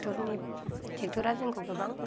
ट्रेक्ट'रा जोंखौ गोबां